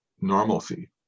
normalcy